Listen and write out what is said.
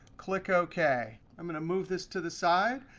click ok. i'm going to move this to the side.